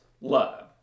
love